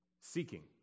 seeking